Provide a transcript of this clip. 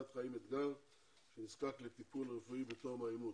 את חיים אתגר שנזקק לטיפול רפואי בתום העימות.